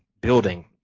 building